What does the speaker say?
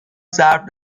ضرب